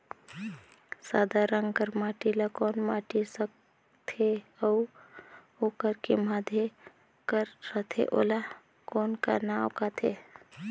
सादा रंग कर माटी ला कौन माटी सकथे अउ ओकर के माधे कर रथे ओला कौन का नाव काथे?